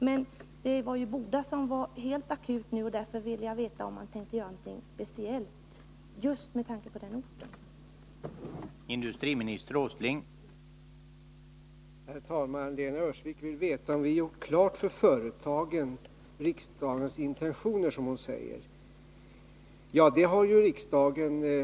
Men det är i Boda som situationen är helt akut, och därför ville jag veta om man tänkte göra någonting speciellt just med tanke på den orten.